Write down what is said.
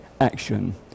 action